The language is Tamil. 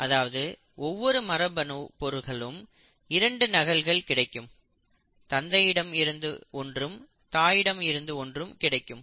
அதாவது ஒவ்வொரு மரபணு பொருளுக்கும் 2 நகல்கள் கிடைக்கும் தந்தையிடமிருந்து இருந்து ஒன்றும் தாயிடம் இருந்து ஒன்றும் கிடைக்கும்